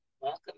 Welcome